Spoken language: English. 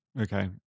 Okay